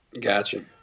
Gotcha